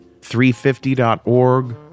350.org